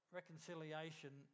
reconciliation